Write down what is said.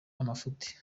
amafuti